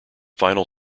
final